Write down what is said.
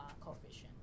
coefficient